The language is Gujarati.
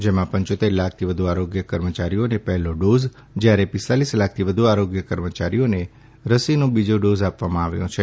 જેમાં પંચ્યોતેર લાખથી વધુ આરોગ્ય કર્મચારીઓને પહેલો ડોઝ જયારે પિસ્તાલીસ લાખથી વધુ આરોગ્ય કર્મચારીઓને રસીની બીજો ડોઝ આપવામાં આવ્યો છે